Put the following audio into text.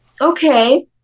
okay